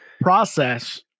process